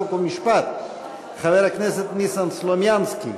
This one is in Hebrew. חוק ומשפט חבר הכנסת ניסן סלומינסקי